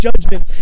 judgment